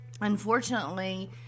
unfortunately